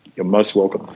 you're most welcome.